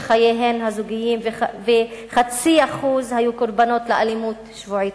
חייהן הזוגיים ו-0.5% היו קורבן לאלימות שבועית.